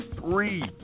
three